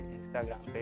Instagram